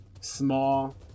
small